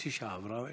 חצי שעה עברה יפה.